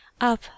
up